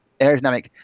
aerodynamic